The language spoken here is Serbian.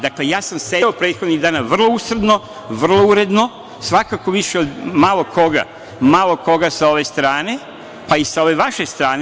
Dakle, ja sam sedeo prethodnih dana vrlo usrdno, vrlo uredno, svakako više od malo koga, malo koga sa ove strane, pa i sa ove vaše strane.